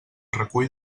recull